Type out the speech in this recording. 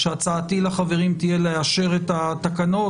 שהצעתי לחברים תהיה לאשר את התקנות,